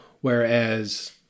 whereas